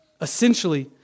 Essentially